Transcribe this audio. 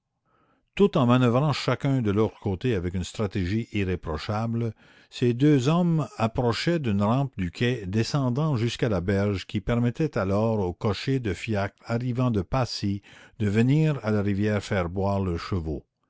tout en manoeuvrant chacun de leur côté avec une stratégie irréprochable ces deux hommes approchaient d'une rampe du quai descendant jusqu'à la berge qui permettait alors aux cochers de fiacre arrivant de passy de venir à la rivière faire boire leurs chevaux